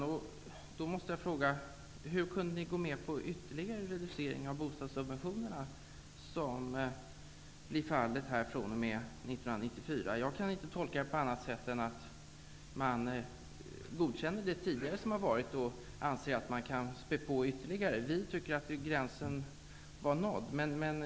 Då måste jag fråga hur ni socialdemokrater kunde gå med på ytterligare reducering av bostadssubventionerna, som kommer att bli fallet fr.o.m. 1994. Jag kan inte tolka det på annat sätt än att man godkände det som tidigare har varit och att man anser sig kunna spä på detta ytterligare. Vi tycker att gränsen var nådd.